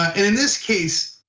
and in this case,